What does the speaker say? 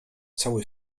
cały